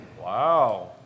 Wow